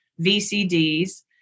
VCDs